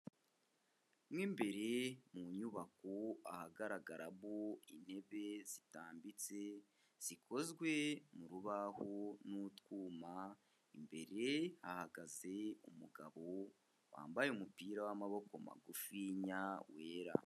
Mu imbere mu nyubako ahagaragaramo intebe zitambitse zikozwe mu rubaho n'utwuma, imbere hahagaze umugabo wambaye umupira w'amaboko magufinya wera.